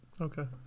Okay